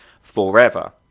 forever